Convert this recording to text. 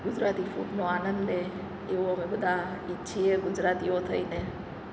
ગુજરાતી ફૂડનો આનંદ લે એવું અમે બધા ઈચ્છીએ ગુજરાતીઓ થઈને